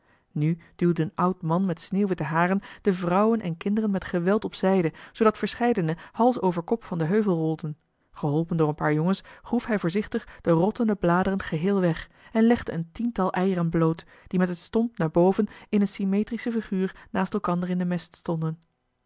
nu duwde een oud man met sneeuwwitte haren de vrouwen en kinderen met geweld op zijde zoodat verscheidene hals over kop van den heuvel rolden geholpen door een paar jongens groef hij voorzichtig de rottende bladeren geheel weg en legde een tiental eieren bloot die met het stomp naar boven in eene symmetrische figuur naast elkander in de mest stonden